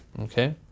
okay